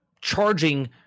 charging